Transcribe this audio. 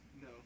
No